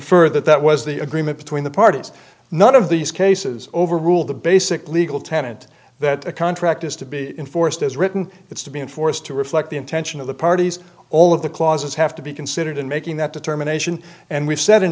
infer that that was the agreement between the parties none of these cases overrule the basic legal tenant that a contract is to be enforced as written it's to be enforced to reflect the intention of the parties all of the clauses have to be considered in making that determination and we've s